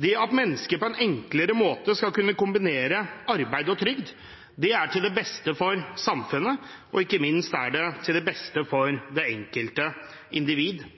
Det at mennesket på en enklere måte skal kunne kombinere arbeid og trygd, er til det beste for samfunnet, og ikke minst er det til det beste for det